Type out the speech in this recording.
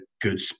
good